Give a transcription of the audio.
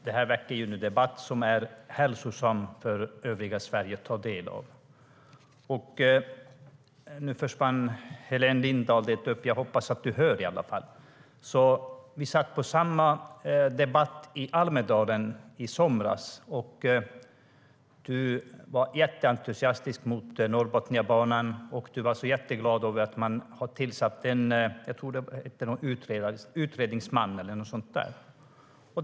Det här väcker en debatt som är hälsosam för övriga Sverige att ta del av. Hon och jag satt på samma debatt i Almedalen i somras, och hon var jätteentusiastisk över Norrbotniabanan och jätteglad över att man tillsatt en utredningsman eller något sådant.